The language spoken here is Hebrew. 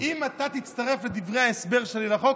אם אתה תצטרף לדברי ההסבר שלי לחוק,